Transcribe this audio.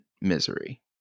misery